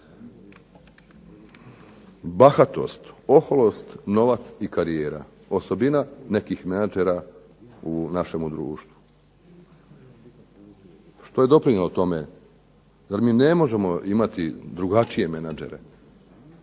Bahatost, oholost novac i karijera osobina nekih menadžera u našem društvu. Što je doprinijelo tome? Zar mi ne možemo imati drugačije menadžere?